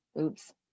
Oops